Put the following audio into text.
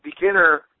beginner